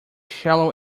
shallow